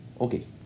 Okay